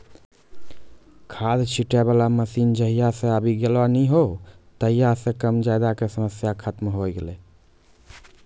खाद छीटै वाला मशीन जहिया सॅ आबी गेलै नी हो तहिया सॅ कम ज्यादा के समस्या खतम होय गेलै